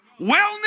Wellness